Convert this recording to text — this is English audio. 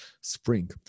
spring